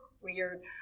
weird